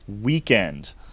weekend